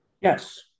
Yes